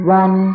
one